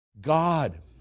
God